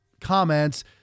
comments